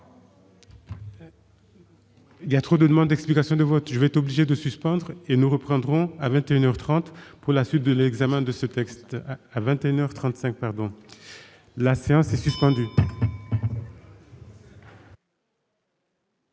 Il y a trop de demandes d'explications de vote, je vais être obligé de suspendre et nous reprendront à 21 heures 30 pour la suite de l'examen de ce texte à 21 heures 35 pardon,